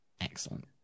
Excellent